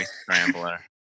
scrambler